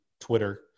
Twitter